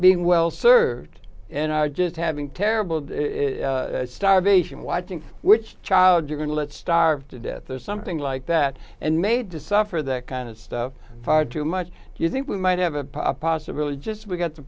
being well served and are just having terrible starvation watching which child you're going to let starve to death or something like that and made to suffer that kind of stuff far too much you think we might have a pop possibility just we've got the